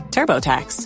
TurboTax